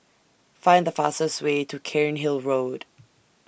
Find The fastest Way to Cairnhill Road